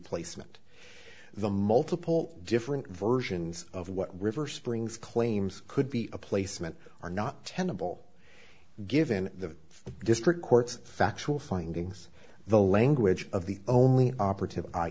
placement the multiple different versions of what river springs claims could be a placement are not tenable given the district court's factual findings the language of the only